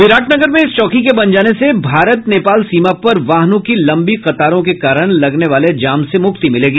बिराटनगर में इस चौकी के बन जाने से भारत नेपाल सीमा पर वाहनों की लंबी कतारों के कारण लगने वाले जाम से मुक्ति मिलेगी